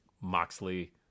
Moxley